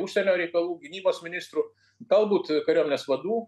užsienio reikalų gynybos ministrų galbūt kariuomenės vadų